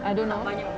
I don't know